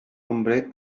hombre